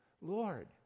Lord